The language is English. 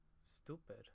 stupid